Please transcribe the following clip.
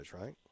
right